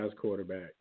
quarterback